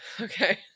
Okay